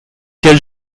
quel